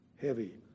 heavy